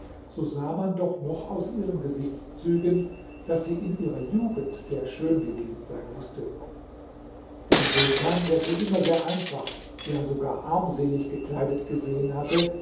so sah man doch noch aus ihrem gesichtszügen daß sie in ihrer jugend sehr schön gewesen sein mußte der sultan der sie immer sehr einfach ja sogar armselig gekleidet gesehen hatte